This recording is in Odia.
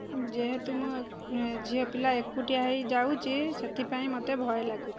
ଯେହେତୁ ମୁଁ ଝିଅ ପିଲା ଏକୁଟିଆ ହୋଇ ଯାଉଛି ସେଥିପାଇଁ ମୋତେ ଭୟ ଲାଗୁଛି